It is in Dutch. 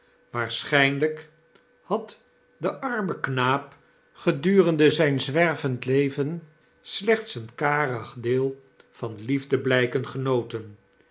waarschynlijk had de arme knaap gedurende zyn zwervend leven slechts een karig deel van liefdeblyken genoten